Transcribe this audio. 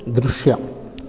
ದೃಶ್ಯ